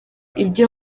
ibyo